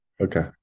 Okay